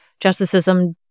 justicism